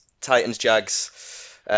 Titans-Jags